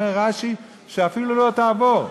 אומר רש"י שאפילו לא תעבור,